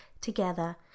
together